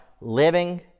living